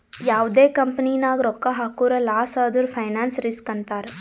ಯಾವ್ದೇ ಕಂಪನಿ ನಾಗ್ ರೊಕ್ಕಾ ಹಾಕುರ್ ಲಾಸ್ ಆದುರ್ ಫೈನಾನ್ಸ್ ರಿಸ್ಕ್ ಅಂತಾರ್